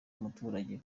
umuturage